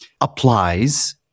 applies